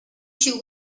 she